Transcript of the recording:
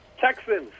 texans